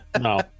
No